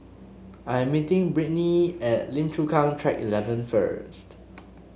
I'm meeting Brittnee at Lim Chu Kang Track Eleven first